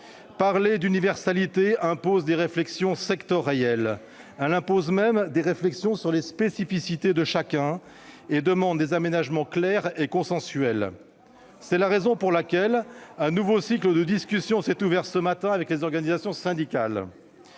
Parler d'universalité impose des réflexions sectorielles, et même des réflexions sur les spécificités de chacun, et demande des aménagements clairs et consensuels. C'est la raison pour laquelle un nouveau cycle de discussions s'est ouvert ce matin avec les organisations syndicales.